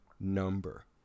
number